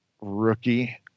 Rookie